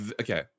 Okay